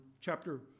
chapter